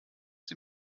sie